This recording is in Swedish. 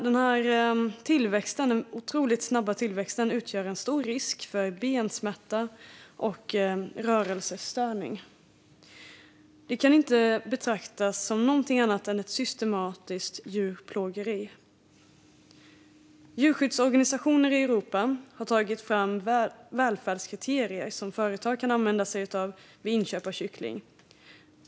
Denna otroligt snabba tillväxt innebär en stor risk för bensmärta och rörelsestörning. Detta kan inte betraktas som något annat än ett systematiskt djurplågeri. Djurskyddsorganisationer i Europa har tagit fram välfärdskriterier som företag kan använda sig av vid inköp av kyckling.